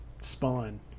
Spawn